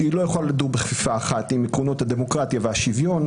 שהיא לא יכולה לדור בכפיפה אחת עם עקרונות הדמוקרטיה והשוויון,